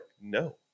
no